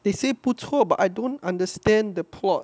they say 不错 but I don't understand the plot